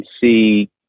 see